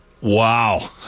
Wow